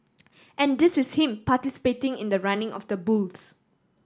and this is him participating in the running of the bulls